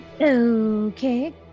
Okay